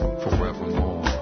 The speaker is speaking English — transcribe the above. forevermore